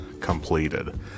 completed